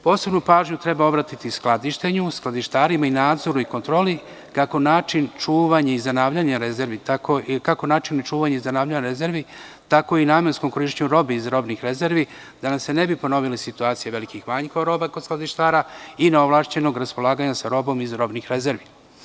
Posebnu pažnju treba obratiti skladištenju, skladištarima i nadzoru i kontroli, kako načinu čuvanja i zanavljanja rezervi, tako i namenskom korišćenju robe iz robnih rezervi, da nam se ne bi ponovila situacija velikih manjkova robe kod skladištara i neovlašćenog raspolaganja sa robom iz robnih rezervi.